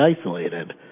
isolated